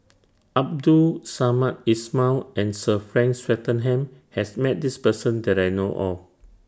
Abdul Samad Ismail and Sir Frank Swettenham has Met This Person that I know of